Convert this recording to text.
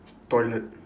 toilet